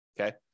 Okay